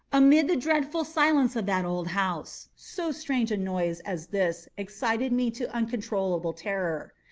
amid the dreadful silence of that old house, so strange a noise as this excited me to uncontrollable terror.